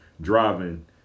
Driving